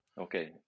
okay